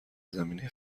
زمینه